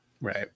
Right